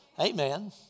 Amen